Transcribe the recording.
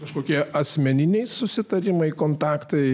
kažkokie asmeniniai susitarimai kontaktai